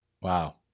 wow